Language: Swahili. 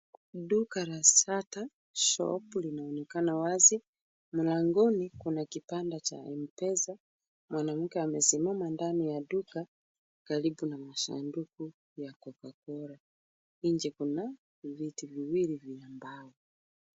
Duka la Satan shop linaonekana wazi. Mlangoni kuna kibanda cha M-M-Pesa pesa. Mwanamke amesimama ndani ya duka karibu na masanduku ya Cocacola. Nje kuna viti viwili vya mbao.